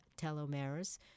telomeres